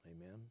Amen